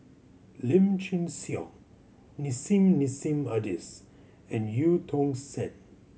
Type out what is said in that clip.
Lim Chin Siong Nissim Nassim Adis and Eu Tong Sen